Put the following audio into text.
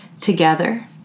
together